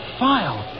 file